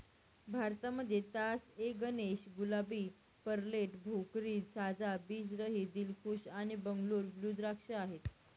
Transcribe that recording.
भारतामध्ये Tas A Ganesh, Gulabi, Perlette, Bhokri, साजा, बीज रहित, दिलखुश आणि बंगलोर ब्लू द्राक्ष आहेत